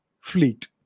fleet